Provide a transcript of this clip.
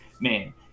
man